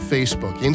Facebook